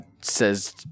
says